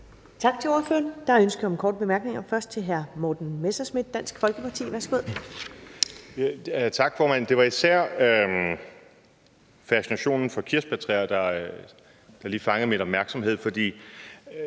Tak til ordføreren. Der er ønske om korte bemærkninger, først til hr. Morten Messerschmidt, Dansk Folkeparti. Værsgo. Kl. 12:16 Morten Messerschmidt (DF): Tak, formand. Det var især fascinationen af kirsebærtræer, der lige fangede min opmærksomhed.